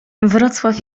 wrocław